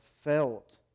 felt